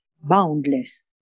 boundless